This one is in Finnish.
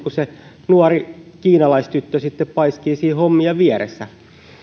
se nuori kiinalaistyttö joka sitten paiskii siinä vieressä hommia